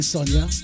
Sonia